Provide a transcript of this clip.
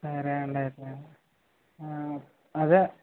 సరే అండి అయితే అదే